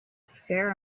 fair